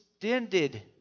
Extended